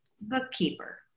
bookkeeper